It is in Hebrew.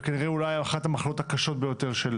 וכנראה אולי אחת המחלות הקשות ביותר של